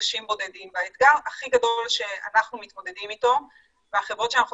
חודשים בודדים והאתגר הכי גדול שאנחנו מתמודדים איתו והחברות שאנחנו